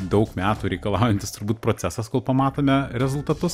daug metų reikalaujantis turbūt procesas kol pamatome rezultatus